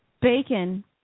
bacon